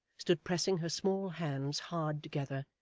stood pressing her small hands hard together,